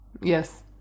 Yes